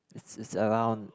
it's it's around